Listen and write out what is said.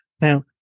Now